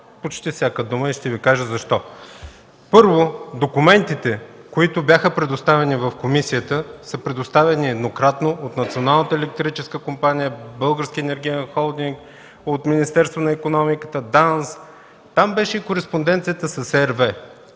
почти всяка дума и ще Ви кажа защо. Първо, документите, които бяха предоставени в комисията, са предоставени еднократно от Националната електрическа компания, Българския енергиен холдинг, от Министерството на икономиката, от ДАНС. Там беше и кореспонденцията с RWE.